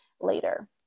later